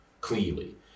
clearly